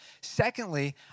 Secondly